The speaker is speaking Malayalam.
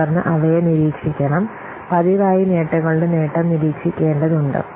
തുടർന്ന് അവയെ നിരീക്ഷിക്കണം പതിവായി നേട്ടങ്ങളുടെ നേട്ടം നിരീക്ഷിക്കേണ്ടതുണ്ട്